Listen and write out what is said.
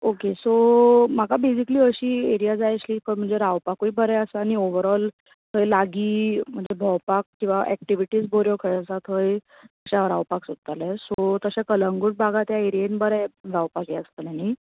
okay so म्हाका basically अशी area जाय आशिल्ली जंय न्हू रावपाकूय बरें आसा आनी ओवरोल थंय लागी भोंवपाक किंवां एक्टीविटीज खंय बऱ्यो आसात थंयशें हांव रावपाक सोदतालो सो तशें कलंगूट बागा एरियेंत बरें रावपाचें आसतले न्ही